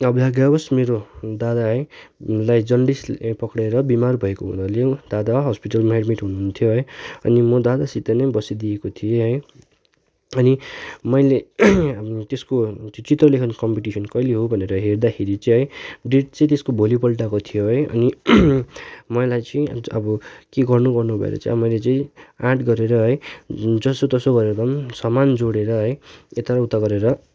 अभाग्यावस मेरो दादा है लाई जन्डिसले पक्रिएर बिमार भएको हुनाले दादा हस्पिटलमा एड्मिट हुनुहुन्थ्यो है अनि म दादासित नै बसिदिएको थिएँ है अनि मैले त्यसको चित्रलेखन कम्पिटिसन कहिले हो भनेर हेर्दाखेरि चाहिँ डेट चाहिँ त्यस्को भोलिपल्टको थियो है अनि मलाई चाहिँ अन्त अबो के गर्नु गर्नु भएर चाहिँ मैले चाहिँ आँट गरेर है जसो तसो गरेर पनि सामान जोडेर है यता र उता गरेर